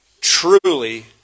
truly